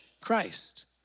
Christ